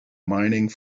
mining